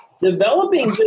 developing